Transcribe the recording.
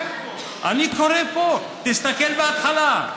אני קורא פה, תסתכל בהתחלה.